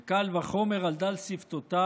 וקל וחומר על דל שפתותיו,